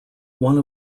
one